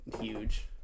huge